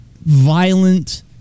Violent